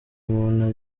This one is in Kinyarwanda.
muntu